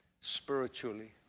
spiritually